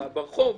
אלא ברחוב,